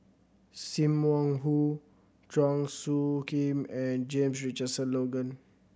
Sim Wong Hoo Chua Soo Khim and James Richardson Logan